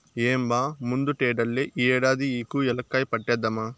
ఏం బా ముందటేడల్లే ఈ ఏడాది కూ ఏలక్కాయ పంటేద్దామా